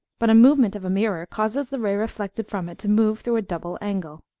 but a movement of a mirror causes the ray reflected from it to move through a double angle